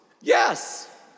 Yes